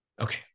Okay